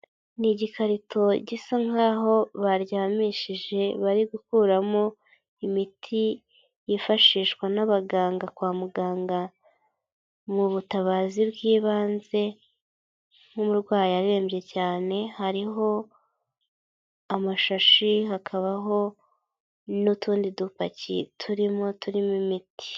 Ni igikarito gisa nk'aho baryamishije bari gukuramo imiti yifashishwa n'abaganga kwa muganga. Mu butabazi bw'ibanze nk'umurwayi arembye cyane, hariho amashashi hakabaho n'utundi dupaki turimo, turimo imiti.